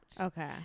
Okay